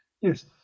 Yes